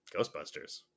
ghostbusters